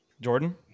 Jordan